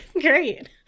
Great